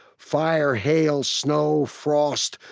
fire, hail, snow, frost,